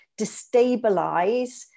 destabilize